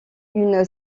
une